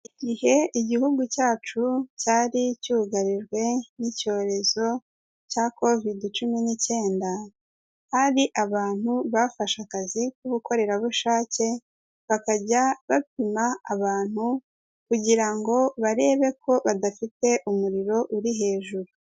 Igihe igihugu cyacu cyari cyugarijwe n'icyorezo cya kovidi cumi n'icyenda, hari abantu bafashe akazi k'ubukorerabushake, bakajya bapima abantu kugirango ngo barebe ko badafite umuriro uri hejuru.